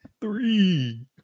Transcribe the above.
Three